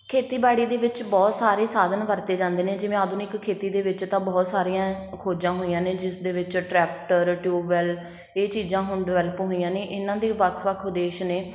ਖੇਤੀਬਾੜੀ ਦੇ ਵਿੱਚ ਬਹੁਤ ਸਾਰੇ ਸਾਧਨ ਵਰਤੇ ਜਾਂਦੇ ਨੇ ਜਿਵੇਂ ਆਧੁਨਿਕ ਖੇਤੀ ਦੇ ਵਿੱਚ ਤਾਂ ਬਹੁਤ ਸਾਰੀਆਂ ਖੋਜਾਂ ਹੋਈਆਂ ਨੇ ਜਿਸਦੇ ਵਿੱਚ ਟਰੈਕਟਰ ਟਿਊਵੈਲ ਇਹ ਚੀਜ਼ਾਂ ਹੁਣ ਡਿਵੈਲਪ ਹੋਈਆਂ ਨੇ ਇਹਨਾਂ ਦੇ ਵੱਖ ਵੱਖ ਉਦੇਸ਼ ਨੇ